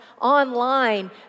online